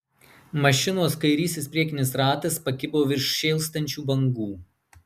mašinos kairysis priekinis ratas pakibo virš šėlstančių bangų